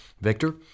Victor